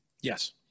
yes